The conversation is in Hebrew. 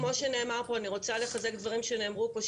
תתחשבו בנו.